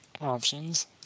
options